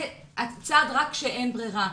זה רק כשאין ברירה.